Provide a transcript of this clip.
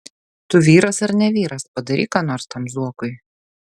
tu vyras ar ne vyras padaryk ką nors tam zuokui